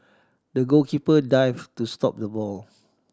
the goalkeeper dived to stop the ball